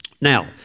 Now